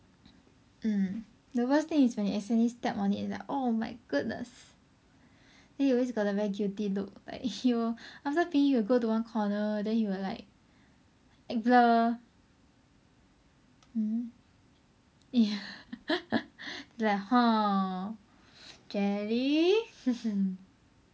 mm the worst thing is when you accidentally step on it it's like oh my goodness then he always got the very guilty look like he will after peeing he will go to one corner then he will like act blur mmhmm ya like !huh! jelly